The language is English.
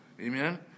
amen